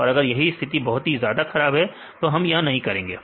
और अगर यही स्थिति बहुत ही ज्यादा खराब है तो हम या नहीं करेंगे